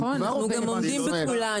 נכון, ואנחנו כבר היום עומדים בכל הרגולציות.